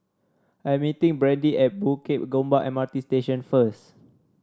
I'm meeting Brandy at Bukit Gombak M R T Station first